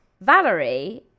Valerie